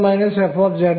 beryllium 2 s 1s 2 2s2